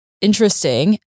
interesting